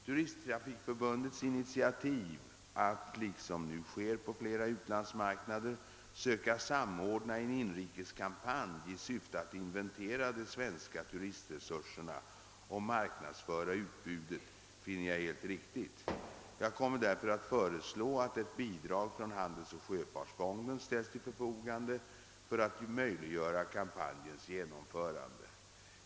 Turisttrafikförbundets initiativ att, liksom nu sker på flera utlandsmarknader, söka samordna en inrikeskampanj i syfte att inventera de svenska turistresurserna och marknadsföra utbudet finner jag helt riktigt. Jag kommer därför att föreslå att ett bidrag från handelsoch sjöfärtsfonden ställs till förfogande för att möjliggöra kampanjens genomförande.